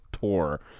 tour